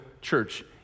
Church